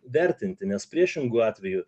vertinti nes priešingu atveju